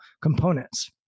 components